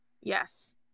yes